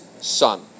Son